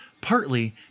partly